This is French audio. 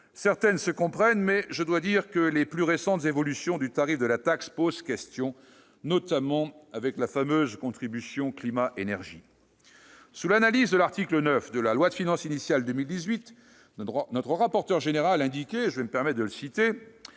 Certaines se comprennent, mais je dois dire que les plus récentes évolutions du tarif de la taxe posent question, notamment avec la fameuse contribution climat-énergie. Sous l'analyse de l'article 9 de la loi de finances initiale pour 2018, notre rapporteur général indiquait :« Eu égard au caractère